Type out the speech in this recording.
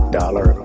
dollar